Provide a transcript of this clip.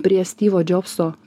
prie stivo džobso